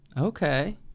Okay